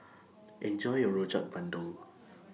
Enjoy your Rojak Bandung